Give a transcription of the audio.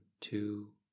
two